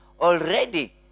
already